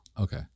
okay